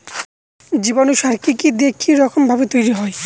জীবাণু সার কি কি দিয়ে কি রকম ভাবে তৈরি হয়?